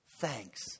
Thanks